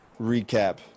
recap